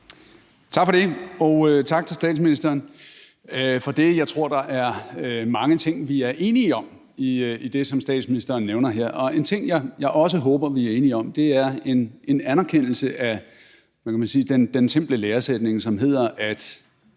Tak for det. Og tak til statsministeren. Jeg tror, der er mange ting, vi er enige om, i det, som statsministeren nævner her. En ting, jeg også håber vi er enige om, er en anerkendelse af, hvad kan man sige, den simple læresætning, som hedder, at